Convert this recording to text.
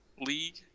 League